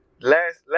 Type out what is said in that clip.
last